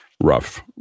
rough